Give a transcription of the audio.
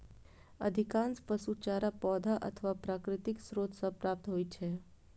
अधिकांश पशु चारा पौधा अथवा प्राकृतिक स्रोत सं प्राप्त होइ छै